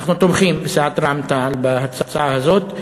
אנחנו בסיעת רע"ם-תע"ל תומכים בהצעה הזאת,